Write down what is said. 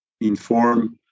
inform